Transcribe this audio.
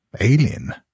alien